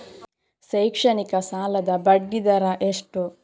ಶೈಕ್ಷಣಿಕ ಸಾಲದ ಬಡ್ಡಿ ದರ ಎಷ್ಟು?